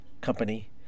company